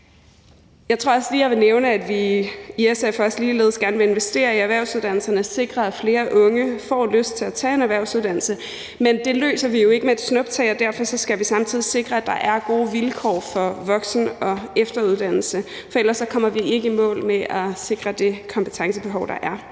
Jeg tror også lige, jeg vil nævne, at vi i SF også ligeledes gerne vil investere i erhvervsuddannelserne og sikre, at flere unge får lyst til at tage en erhvervsuddannelse. Men det løser vi jo ikke med et snuptag, og derfor skal vi samtidig sikre, at der er gode vilkår for voksen- og efteruddannelse, for ellers kommer vi ikke i mål med at sikre det kompetencebehov, der er.